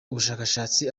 ubushakashatsi